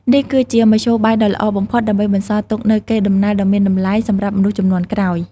នេះគឺជាមធ្យោបាយដ៏ល្អបំផុតដើម្បីបន្សល់ទុកនូវកេរដំណែលដ៏មានតម្លៃសម្រាប់មនុស្សជំនាន់ក្រោយ។